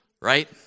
Right